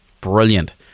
Brilliant